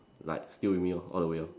like still with me lor all the way lor